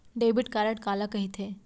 Debit card काला कहिथे?